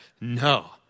no